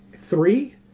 Three